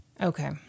Okay